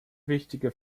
wichtige